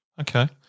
Okay